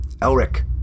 Elric